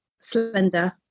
slender